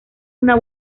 una